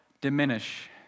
diminish